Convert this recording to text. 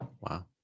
wow